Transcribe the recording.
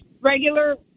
regular